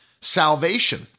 salvation